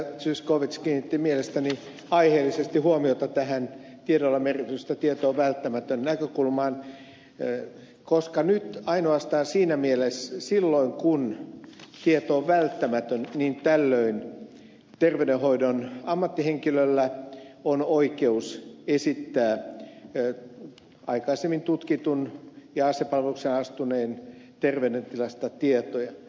zyskowicz kiinnitti mielestäni aiheellisesti huomiota tähän tiedolla on merkitystä tieto on välttämätön näkökulmaan koska nyt ainoastaan silloin kun tieto on välttämätön niin tällöin terveydenhoidon ammattihenkilöllä on oikeus esittää aikaisemmin tutkitun ja asepalvelukseen astuneen terveydentilasta tietoja